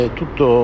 tutto